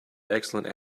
excellent